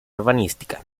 urbanística